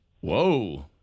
Whoa